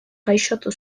gaixotu